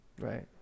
Right